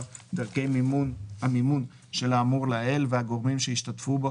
דרכי המימון של האמור לעיל והגורמים שהשתתפו בו,